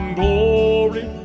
glory